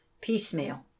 piecemeal